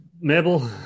Mabel